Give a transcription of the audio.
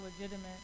legitimate